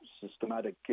systematic